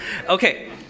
Okay